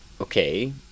Okay